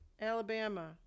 Alabama